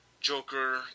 Joker